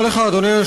אדוני.